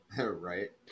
right